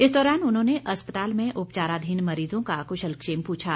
इस दौरान उन्होंने अस्पताल में उपचाराधीन मरीजों का क्शलक्षेम प्रछा